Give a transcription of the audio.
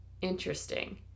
interesting